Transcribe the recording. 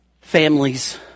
families